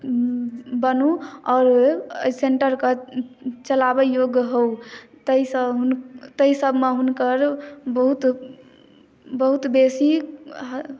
बनु आओर एहि सेन्टर के चलाबै योग्य होउ ताहिसँ ताहिसब मे हुनकर बहुत बेसी